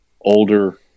older